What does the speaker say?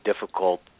difficult